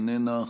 איננה,